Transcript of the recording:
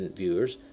viewers